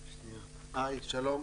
שלום.